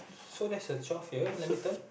so there's a twelve here let me turn